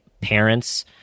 parents